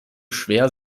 schwer